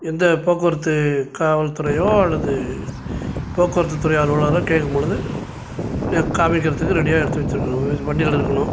எந்த போக்குவரத்து காவல்துறையோ அல்லது போக்குவரத்து துறை அலுவலரோ கேட்கும் பொழுது காண்மிக்கிறதுக்கு ரெடியாக எடுத்து வச்சுருக்கணும் வண்டியில் இருக்கணும்